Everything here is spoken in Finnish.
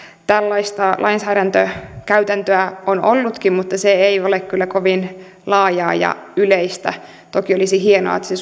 tällaista lainsäädäntökäytäntöä on ollutkin mutta se ei ole kyllä kovin laajaa ja yleistä toki olisi hienoa että se